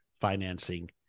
financing